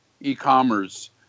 e-commerce